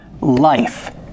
life